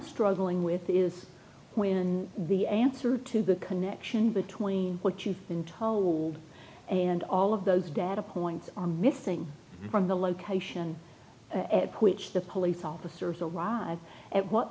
struggling with is when the answer to the connection between what you've been told and all of those data points are missing from the location at which the police officers arrive at what